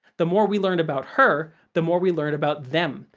the more we learned about her, the more we learned about them,